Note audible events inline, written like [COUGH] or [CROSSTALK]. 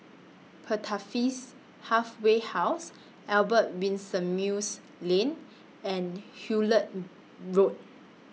Pertapis Halfway House Albert Winsemius Lane and Hullet [NOISE] Road